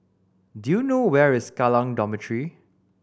do you know where is Kallang Dormitory